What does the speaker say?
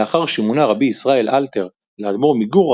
לאחר שמונה רבי ישראל אלתר לאדמו"ר מגור,